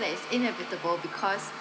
that it's inevitable because